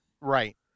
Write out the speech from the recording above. Right